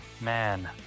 man